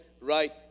right